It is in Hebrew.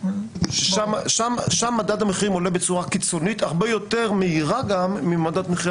שם מדד המחירים עולה בצורה קיצונית הרבה יותר מהירה ממדד מחירי